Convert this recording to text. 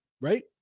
right